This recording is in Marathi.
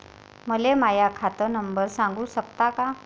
मले माह्या खात नंबर सांगु सकता का?